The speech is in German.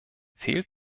fehlt